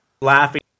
laughing